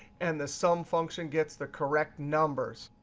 and the sum function gets the correct numbers.